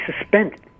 suspended